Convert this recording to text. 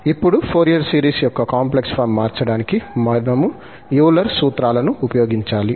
ఇప్పుడు Fourier series యొక్క complex form మార్చడానికి మనము యూలర్ సూత్రాలను ఉపయోగించాలి